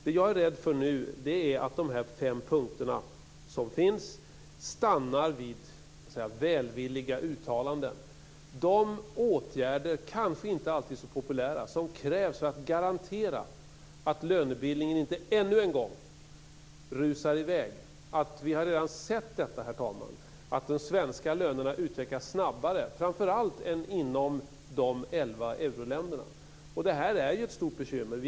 Det jag nu är rädd för är att de fem punkterna stannar vid välvilliga uttalanden. Det krävs åtgärder, kanske inte alltid så populära, för att garantera att lönebildningen inte ännu en gång rusar i väg. Vi har redan sett att de svenska lönerna utvecklas snabbare än inom de elva euroländerna. Det är ett stort bekymmer.